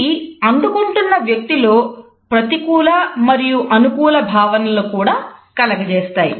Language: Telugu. ఇవి అందుకుంటున్న వ్యక్తి లో ప్రతికూల మరియు అనుకూల భావనలను కూడా కలగజేస్తాయి